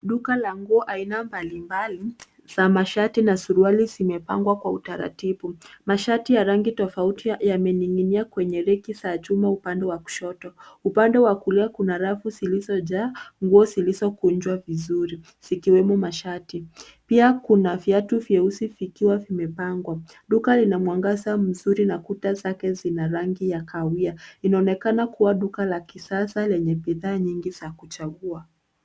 Duka la nguo aina mbalimbali za mashati na suruali zimepangwa kwa utaratibu. Mashati ya rangi tofauti yamening'inia kwenye reki za chuma upande wa kushoto. Upande wa kulia kuna rafu zilizojaa nguo zilizokunjwa vizuri zikiwemo mashati. Pia kuna viatu vyeusi vikiwa vimepangwa. Duka lina mwangaza mzuri na kuta zake zina rangi ya kahawia. Linaonekana kuwa duka la kisasa lenye bidhaa nyingi za kuchagua.